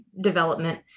development